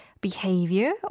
behavior